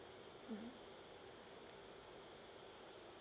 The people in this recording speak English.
mmhmm